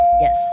Yes